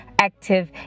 Active